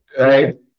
right